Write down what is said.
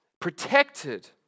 protected